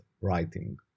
writing